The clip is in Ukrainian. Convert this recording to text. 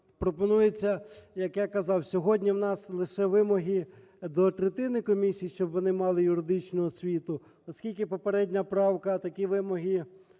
пропонується, як я казав, сьогодні в нас лише вимоги до третини комісії, щоб вони мали юридичну освіту. Оскільки попередня правка такі вимоги